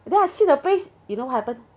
then I see the face you know what happened